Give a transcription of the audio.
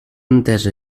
entesa